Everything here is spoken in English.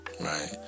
right